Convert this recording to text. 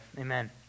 amen